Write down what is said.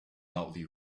loudly